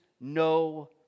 no